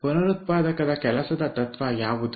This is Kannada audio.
ಹಾಗಾದರೆ ಪುನರುತ್ಪಾದಕದ ಕೆಲಸದ ತತ್ವ ಯಾವುದು